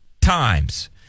times